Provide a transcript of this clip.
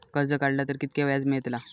कर्ज काडला तर कीतक्या व्याज मेळतला?